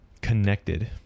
connected